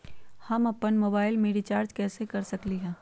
हम अपन मोबाइल में रिचार्ज कैसे कर सकली ह?